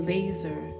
Laser